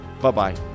Bye-bye